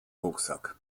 rucksack